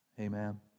Amen